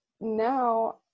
now